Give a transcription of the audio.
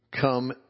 come